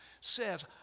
says